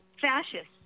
Fascists